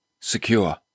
secure